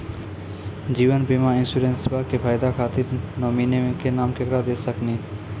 जीवन बीमा इंश्योरेंसबा के फायदा खातिर नोमिनी के नाम केकरा दे सकिनी?